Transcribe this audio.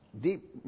deep